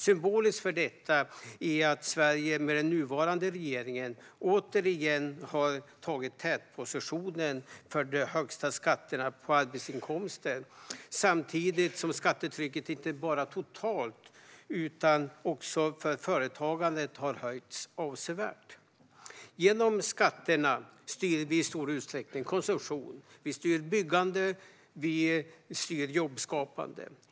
Symboliskt för detta är att Sverige med den nuvarande regeringen återigen har tagit tätpositionen i världen för de högsta skatterna på arbetsinkomster, samtidigt som skattetrycket inte bara totalt utan också för företagen har höjts avsevärt. Genom skatterna styr vi i stor utsträckning konsumtion, byggande och jobbskapande.